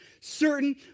certain